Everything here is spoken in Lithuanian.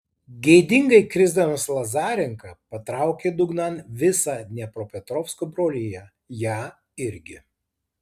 gėdingai krisdamas lazarenka patraukė dugnan visą dniepropetrovsko broliją ją irgi